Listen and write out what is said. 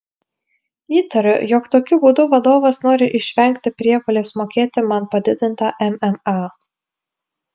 įtariu jog tokiu būdu vadovas nori išvengti prievolės mokėti man padidintą mma